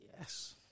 Yes